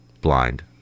Blind